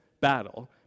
battle